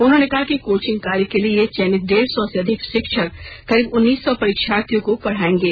उन्होंने कहा कि कोचिंग कार्य के लिए चयनित डेढ़ सौ से अधिक शिक्षक करीब उन्नीस सौ परीक्षार्थियों को पढ़ायेंगे